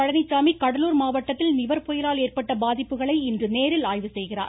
பழனிச்சாமி கடலூர் மாவட்டத்தில் நிவர் புயலால் ஏற்பட்ட பாதிப்புகளை இன்று நேரில் ஆய்வு செய்கிறார்